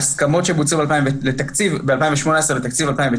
ההסכמות שבוצעו ב-2018 לתקציב 2019,